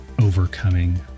overcoming